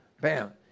Bam